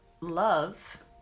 love